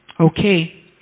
Okay